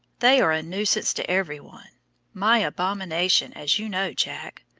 they are a nuisance to everyone my abomination, as you know, jack.